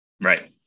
Right